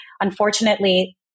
unfortunately